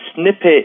snippet